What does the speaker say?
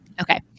okay